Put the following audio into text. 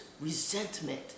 resentment